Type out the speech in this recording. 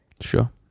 sure